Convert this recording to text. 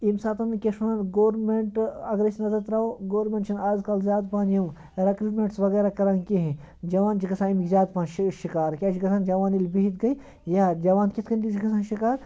ییٚمہِ ساتَن کیٛاہ چھُ وَنان گورمٮ۪نٛٹ اگر أسۍ نظر ترٛاوَو گورمٮ۪نٛٹ چھِنہٕ اَزکَل زیادٕ پَہَم یِم رٮ۪کرٛیوٗٹمٮ۪نٛٹٕس وَغیرہ کران کِہیٖنۍ جَوان چھِ گژھان اَمۍ زیادٕ پَہم شُرۍ شِکارٕ کیٛاہ چھِ گژھان جَوان ییٚلہِ بِہِتھ گٔے یا جَوان کِتھ چِھ گژھان شِکار